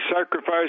sacrifice